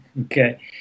Okay